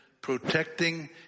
protecting